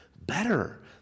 better